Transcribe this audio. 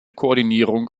koordinierung